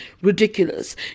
ridiculous